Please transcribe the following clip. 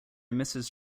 mrs